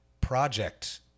project